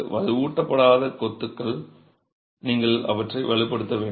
வலுவூட்டப்படாத கொத்து நீங்கள் அவற்றை வலுப்படுத்த வேண்டும்